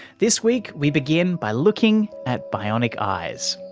this week we begin by looking at bionic eyes.